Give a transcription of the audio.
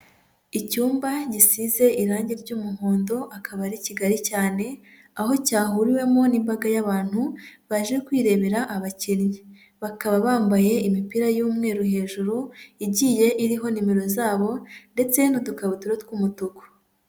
Icyumba gisize irange ry'umuhondo akaba ari kigari cyane, aho cyahuriwemo n'imbaga y'abantu baje kwirebera abakinnyi. Bakaba bambaye imipira y'umweru hejuru igiye iriho nimero zabo ndetse n'udukabutura tw'umutuku.